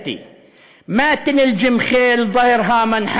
להלן תרגומם: "ראיתי את סוסי הפרא.